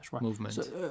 movement